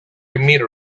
timmy